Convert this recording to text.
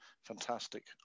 fantastic